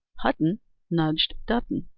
hudden nudged dudden,